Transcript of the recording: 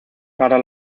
para